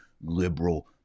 liberal